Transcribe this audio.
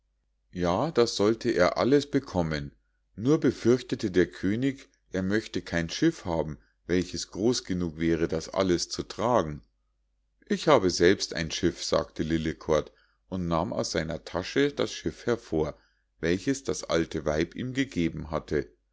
ja das sollte er alles bekommen nur befürchtete der könig er möchte kein schiff haben welches groß genug wäre alles das zu tragen ich habe selbst ein schiff sagte lillekort und nahm aus seiner tasche das schiff hervor welches das alte weib ihm gegeben hatte